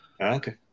Okay